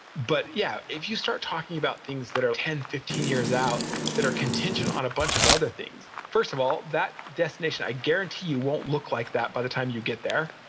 but yeah, if you start talking about things that are ten, fifteen years out that are contingent on a bunch of other things, first of all, that destination, i guarantee you won't look like that by the time you get there.